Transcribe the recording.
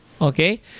Okay